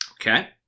Okay